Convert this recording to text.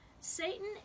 Satan